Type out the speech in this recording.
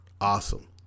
awesome